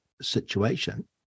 situation